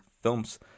films